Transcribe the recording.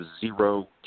zero